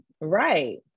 right